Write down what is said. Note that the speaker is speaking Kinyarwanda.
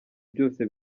byose